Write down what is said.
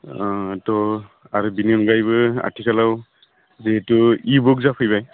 त' आरो बेनि अनगायैबो आथिखालाव जिहेतु इ बुक जाफैबाय